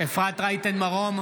אפרת רייטן מרום,